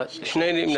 שניים.